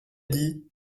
dit